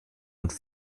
und